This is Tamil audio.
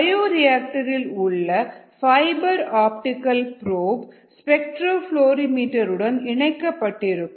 பயோரியா ஆக்டர் இல் உள்ள பைபர் ஆப்டிகல் ப்ரோபு ஸ்பெக்டரோஃபிளாரிமீட்டர் உடன் இணைக்கப்பட்டிருக்கும்